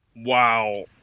Wow